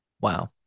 Wow